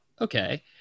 Okay